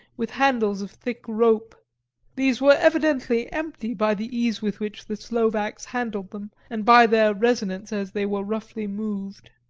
with handles of thick rope these were evidently empty by the ease with which the slovaks handled them, and by their resonance as they were roughly moved.